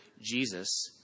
Jesus